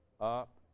up